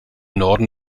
norden